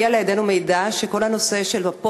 הגיע לידינו מידע שכל הפוסט-טראומטיים,